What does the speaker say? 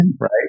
right